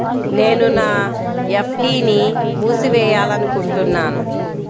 నేను నా ఎఫ్.డీ ని మూసివేయాలనుకుంటున్నాను